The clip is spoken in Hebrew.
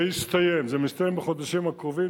זה הסתיים, זה מסתיים בחודשים הקרובים.